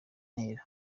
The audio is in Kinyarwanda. ntera